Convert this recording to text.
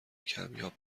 کمیاب